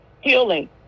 healing